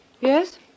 Yes